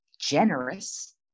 generous